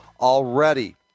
already